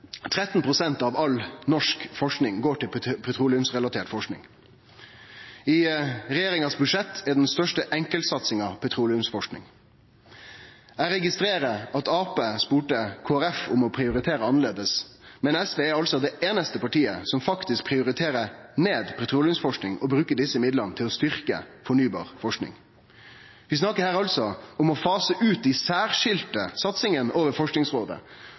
av all norsk forsking går til petroleumsrelatert forsking. I budsjettet til regjeringa er den største enkeltsatsinga petroleumsforsking. Eg registrerer at Arbeidarpartiet spurde Kristeleg Folkeparti om å prioritere annleis. Men SV er det einaste partiet som faktisk prioriterer ned petroleumsforsking og bruker desse midlane til å styrkje fornybar forsking. Vi snakkar her om å fase ut dei særskilde satsingane over Forskingsrådet.